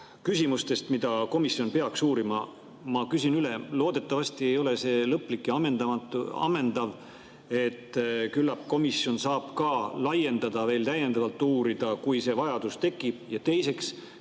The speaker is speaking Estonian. küsimustest, mida komisjon peaks uurima. Ma küsin üle: loodetavasti ei ole see lõplik ja ammendav, küllap komisjon saab seda ka laiendada, veel täiendavalt uurida, kui vajadus tekib? Ja teiseks,